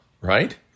right